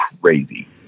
crazy